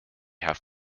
have